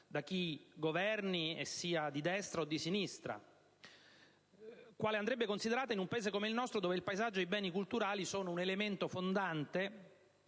da chi governi, sia di destra o di sinistra, soprattutto in un Paese come il nostro dove il paesaggio e i beni culturali sono un elemento fondante